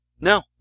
No